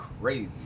crazy